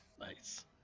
Nice